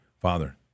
Father